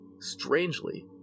Strangely